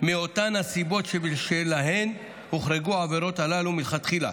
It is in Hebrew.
מאותן הסיבות שבשלהן הוחרגו העבירות הללו מלכתחילה